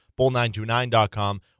bull929.com